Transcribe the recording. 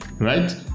right